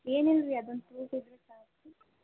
ಏನು ಇಲ್ಲ ರೀ ಅದೊಂದು ಪ್ರೂಫ್ ಇದ್ದರೆ ಸಾಕು ರೀ